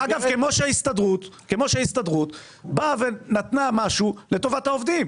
בדיוק כמו שההסתדרות באה ונתנה משהו לטובת העובדים.